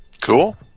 Cool